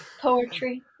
Poetry